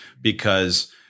because-